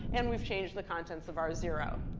and we've changed the contents of r zero.